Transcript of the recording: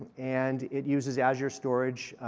and it uses azure storage,